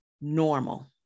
normal